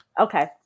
Okay